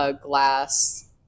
glass